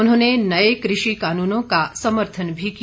उन्होंने नए कृषि कानूनों का समर्थन भी किया